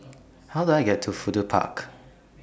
How Do I get to Fudu Park